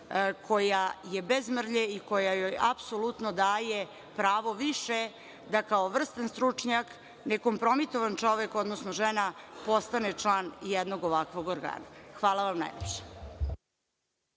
koja je bez mrlje i koja joj apsolutno daje pravo više da kao vrstan stručnjak, nekompromitovan čovek, odnosno žena postane član jednog ovakvog organa. Hvala vam najlepše.